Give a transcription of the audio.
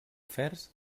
oferts